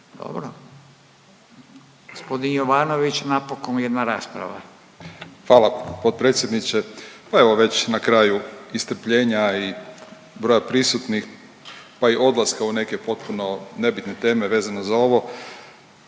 Dobro. G. Jovanović, napokon jedna rasprava. **Jovanović, Željko (SDP)** Hvala potpredsjedniče. Pa evo već na kraju i strpljenja i broja prisutnih, pa i odlaska u neke potpuno nebitne teme vezano za ovo,